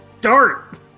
dart